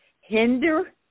hinder